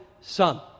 son